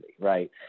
Right